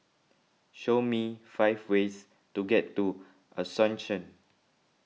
show me five ways to get to Asuncion